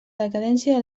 decadència